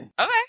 Okay